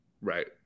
Right